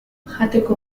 jateko